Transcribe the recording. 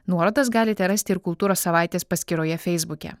nuorodas galite rasti ir kultūros savaitės paskyroje feisbuke